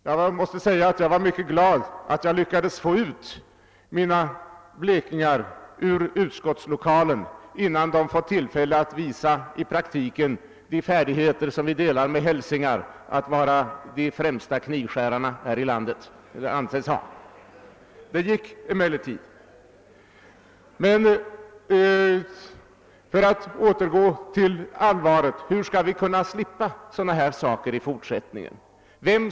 Jag måste säga att jag därför var mycket glad över att jag lyckades få ut mina blekingar ur utskottslokalen, innan de fått tillfälle att i praktiken visa de färdigheter som vi anses dela med hälsingar, nämligen att vara de främsta knivskärarna här i landet. För att återgå till allvaret: Hur skall vi slippa sådana här saker i fortsättningen?